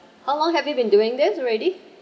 how long have you been doing this already